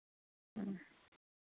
ᱦᱮᱸ